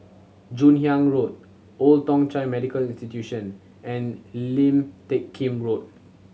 Joon Hiang Road Old Thong Chai Medical Institution and Lim Teck Kim Road